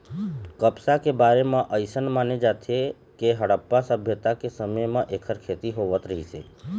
कपसा के बारे म अइसन माने जाथे के हड़प्पा सभ्यता के समे म एखर खेती होवत रहिस हे